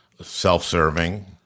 self-serving